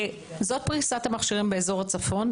זאת פריסת המכשירים באזור הצפון,